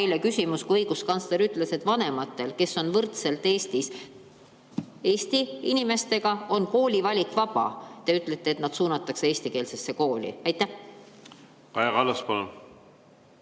õiguskantsler ütles, et vanematel, kes on Eestis võrdselt Eesti inimestega, on kooli valik vaba. Teie ütlete, et nad suunatakse eestikeelsesse kooli. Kaja